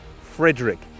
Frederick